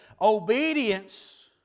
obedience